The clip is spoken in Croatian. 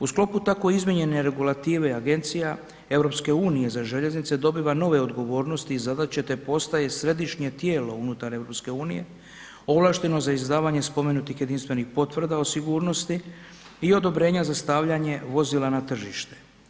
U sklopu tako izmijenjene regulative Agencija EU za željeznice dobiva nove odgovornosti i zadaće te postaje središnje tijelo unutar EU ovlašteno za izdavanje spomenutih jedinstvenih potvrda o sigurnosti i odobrenja za stavljanje vozila na tržište.